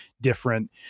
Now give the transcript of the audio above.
different